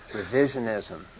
revisionism